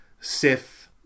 Sith